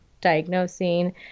diagnosing